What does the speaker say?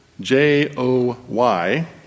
J-O-Y